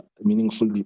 meaningful